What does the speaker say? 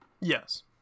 Yes